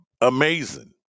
amazing